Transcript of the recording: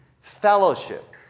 fellowship